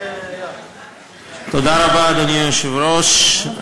אדוני היושב-ראש,